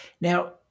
now